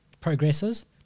progresses